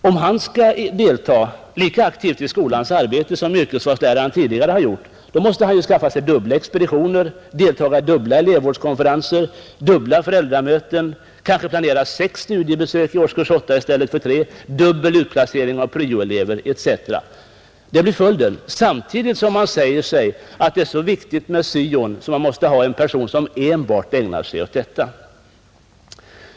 Om han skall delta lika aktivt i skolans arbete som yrkesvalsläraren tidigare har gjort, måste han skaffa sig dubbla expeditioner, delta i dubbla elevvårdskonferenser och dubbla föräldramöten, kanske planera sex studiebesök i årskurs 8 i stället för tre samt utföra dubbel utplacering av pryo-elever etc. Detta blir följden, samtidigt som man säger sig att det är så viktigt med syon att man måste ha en person som enbart ägnar sig åt detta.